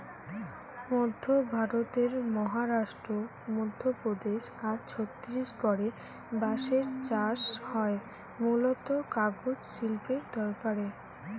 মধ্য ভারতের মহারাষ্ট্র, মধ্যপ্রদেশ আর ছত্তিশগড়ে বাঁশের চাষ হয় মূলতঃ কাগজ শিল্পের দরকারে